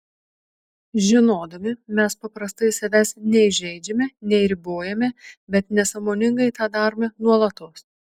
žinodami mes paprastai savęs nei žeidžiame nei ribojame bet nesąmoningai tą darome nuolatos